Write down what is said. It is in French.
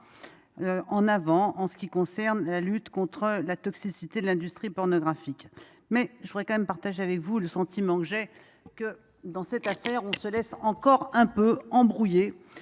en avant dans la lutte contre la toxicité de l’industrie pornographique. Mais je veux tout de même partager avec vous mon sentiment que, dans cette affaire, on se laisse encore un peu embrouiller